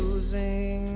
losing